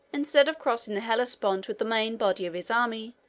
instead of crossing the hellespont with the main body of his army,